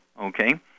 okay